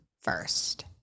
first